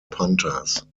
panthers